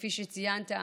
כפי שציינת,